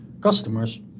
Customers